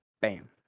Bam